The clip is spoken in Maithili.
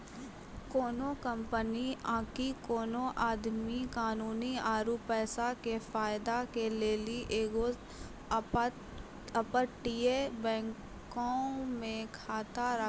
कोनो कंपनी आकि कोनो आदमी कानूनी आरु पैसा के फायदा के लेली एगो अपतटीय बैंको मे खाता राखै छै